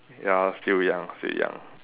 ya still young still young